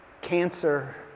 Cancer